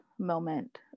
moment